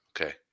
Okay